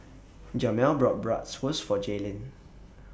Jamel bought Bratwurst For Jaylin